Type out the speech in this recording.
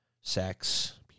sex